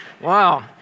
Wow